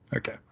okay